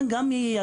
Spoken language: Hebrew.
היו,